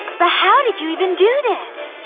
but how did you even do this?